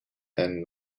and